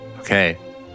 Okay